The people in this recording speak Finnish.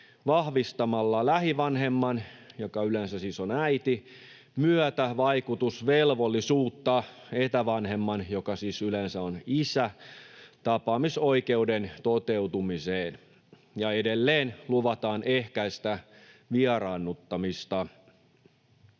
vahvistamalla lähivanhemman — joka yleensä siis on äiti — myötävaikutusvelvollisuutta etävanhemman — joka siis yleensä on isä — tapaamisoikeuden toteutumiseen. Ja edelleen siellä luvataan ehkäistä vieraannuttamista.